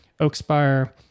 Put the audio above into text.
Oakspire